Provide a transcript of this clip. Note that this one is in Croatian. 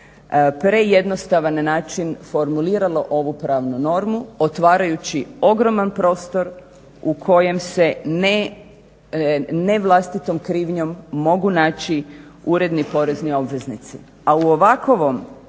prejednostavan način formuliralo ovu pravnu normu otvarajući ogroman prostor u kojem se ne vlastitom krivnjom mogu naći uredni porezni obveznici,